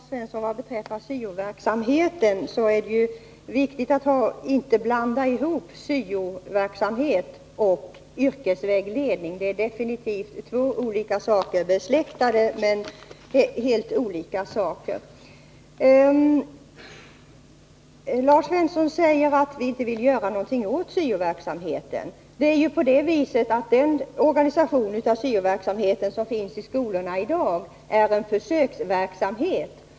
Herr talman! Vad först beträffar syo-verksamheten, Lars Svensson, är det viktigt att inte blanda ihop syo-verksamhet och yrkesvägledning. Det är definitivt två olika saker — besläktade men helt olika. Lars Svensson säger att vi inte vill göra någonting åt syo-verksamheten. Det är ju på det viset att den organisation av syo-verksamheten som finns i skolorna i dag är en försöksverksamhet.